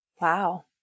Wow